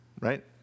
right